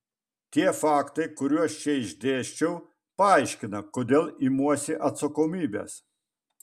tie faktai kuriuos čia išdėsčiau paaiškina kodėl imuosi atsakomybės